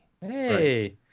hey